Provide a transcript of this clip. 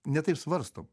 ne taip svarstom